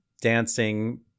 dancing